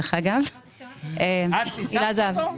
ניסחתי אותו.